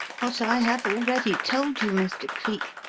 what i have already told you, mr. cleek.